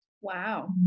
Wow